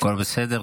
הכול בסדר.